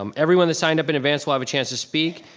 um everyone that signed up in advance will have a chance to speak.